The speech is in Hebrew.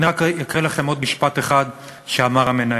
אני רק אקריא לכם עוד משפט אחד שאמר המנהל,